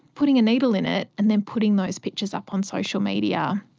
putting a needle in it and then putting those pictures up on social media.